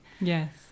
yes